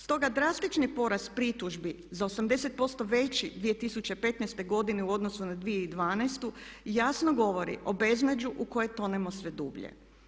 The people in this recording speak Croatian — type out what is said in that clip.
Stoga drastični porast pritužbi za 80% veći 2015. godine u odnosu na 2012. jasno govori o beznađu u koje tonemo sve dublje.